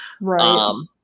Right